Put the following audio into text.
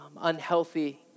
unhealthy